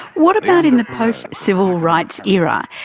what about in the post-civil rights era?